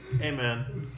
Amen